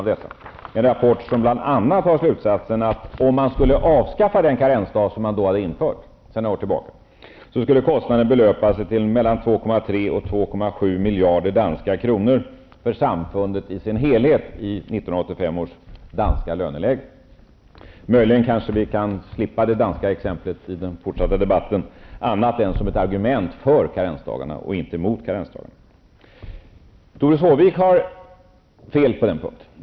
I denna rapport drar man bl.a. slutsatsen att om man skulle avskaffa den karensdag man införde för några år sedan, skulle kostnaden belöpa sig till mellan 2,3 och 2,7 miljarder danska kronor för samfundet i sin helhet i 1985 års danska löneläge. Kanske kan vi slippa det danska exemplet i den fortsatta debatten annat än som ett argument för karensdagarna och inte mot. Doris Håvik har fel på den punkten.